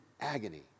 agony